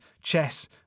chess